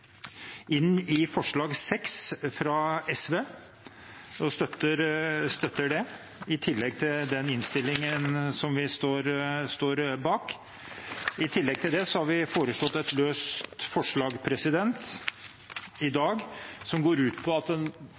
inn i – er det ingen tvil om at denne situasjonen er krevende. For Arbeiderpartiets del støtter vi forslag nr. 6, fra SV, i tillegg til innstillingen, som vi står bak. I tillegg har vi i dag fremmet et løst forslag som går ut på at